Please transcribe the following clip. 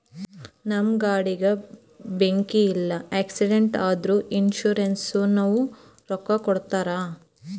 ನಮ್ ಗಾಡಿಗ ಬೆಂಕಿ ಇಲ್ಲ ಆಕ್ಸಿಡೆಂಟ್ ಆದುರ ಇನ್ಸೂರೆನ್ಸನವ್ರು ರೊಕ್ಕಾ ಕೊಡ್ತಾರ್